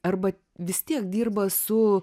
arba vis tiek dirba su